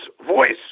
voice